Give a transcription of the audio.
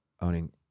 owning